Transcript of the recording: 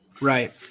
right